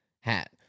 hat